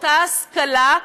אותה השכלה,